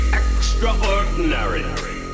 extraordinary